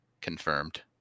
confirmed